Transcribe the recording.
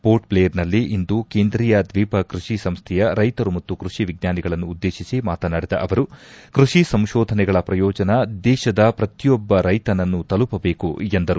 ಮೋರ್ಟ್ಜ್ಲೇರ್ನಲ್ಲಿ ಇಂದು ಕೇಂದ್ರೀಯ ದ್ವೀಪ ಕೃಷಿ ಸಂಸ್ಥೆಯಲ್ಲಿ ರೈತರು ಮತ್ತು ಕೃಷಿ ವಿಜ್ಞಾನಿಗಳನ್ನು ಉದ್ದೇಶಿಸಿ ಮಾತನಾಡಿದ ಅವರು ಕೃಷಿ ಸಂಶೋಧನೆಗಳ ಪ್ರಯೋಜನ ದೇಶದ ಪ್ರತಿಯೊಬ್ಬ ರೈತನನ್ನು ತಲುಪಬೇಕು ಎಂದರು